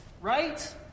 right